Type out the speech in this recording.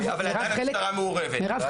אבל עדיין המשטרה מעורבת.